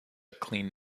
clean